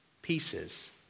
Pieces